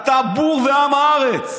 אתה בור ועם הארץ.